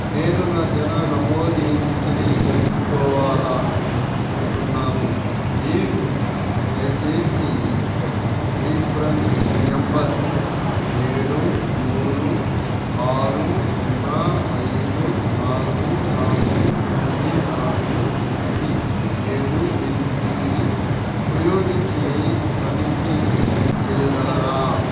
నేను నా జనన నమోదు స్థితిని తెలుసుకోవాలి అనుకుంటున్నాను మీరు దయచేసి రిఫరెన్స్ నెంబర్ ఏడు మూడు ఆరు సున్నా ఐదు నాలుగు నాలుగు తొమ్మిది నాలుగు తొమ్మిది ఏడు ఎన్ ఎనిమిది ఉపయోగించి తనిఖీ చేయగలరా